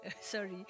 Sorry